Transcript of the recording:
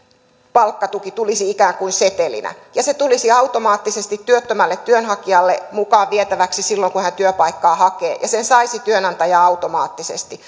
palkkatuki tulisi ikään kuin setelinä ja se tulisi automaattisesti työttömälle työnhakijalle mukaan vietäväksi silloin kun hän työpaikkaa hakee ja sen saisi työnantaja automaattisesti